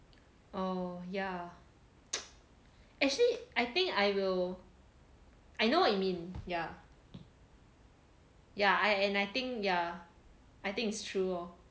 oh yeah actually I think I will I know what you mean yeah yeah and I think yeah I think it's true